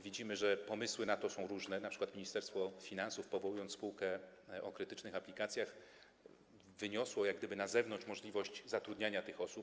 Widzimy, że pomysły na to są różne, np. Ministerstwo Finansów, powołując spółkę o krytycznych aplikacjach, wyniosło jak gdyby na zewnątrz możliwość zatrudniania tych osób.